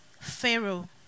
Pharaoh